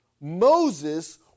Moses